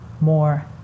more